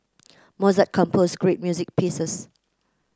Mozart composed great music pieces